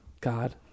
god